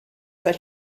but